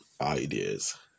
ideas